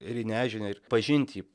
ir į nežinią ir pažint jį